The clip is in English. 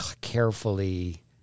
carefully